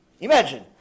Imagine